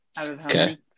Okay